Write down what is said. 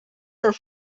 are